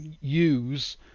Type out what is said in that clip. use